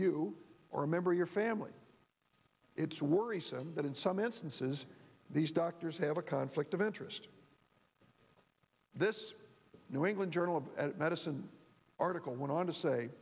you or a member your family it's worrisome that in some instances these doctors have a conflict of interest this new england journal of medicine article went on to say